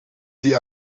sie